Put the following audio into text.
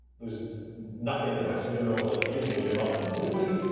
there's nothing that happens we don't know if like peele made him up completely,